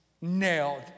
nailed